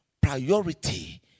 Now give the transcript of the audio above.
priority